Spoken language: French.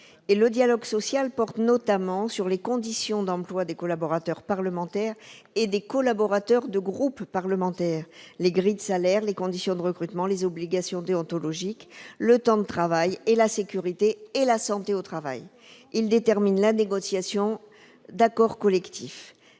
Le dialogue social porte, notamment, sur les conditions d'emploi des collaborateurs parlementaires et des collaborateurs de groupes parlementaires, les grilles de salaire, les conditions de recrutement, les obligations déontologiques, le temps de travail et la sécurité et la santé au travail. Il détermine la négociation d'accords collectifs.